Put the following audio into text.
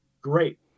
Great